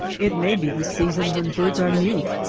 it may be the season when birds are mute,